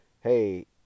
hey